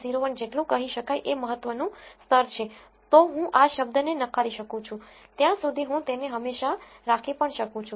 01 જેટલું કહી શકાય એ મહત્વનું સ્તર છે તો હું આ શબ્દને નકારી શકું છું ત્યાં સુધી હું તેને હંમેશા રાખી પણ શકું છું